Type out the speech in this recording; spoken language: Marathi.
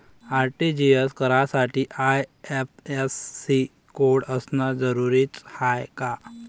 आर.टी.जी.एस करासाठी आय.एफ.एस.सी कोड असनं जरुरीच हाय का?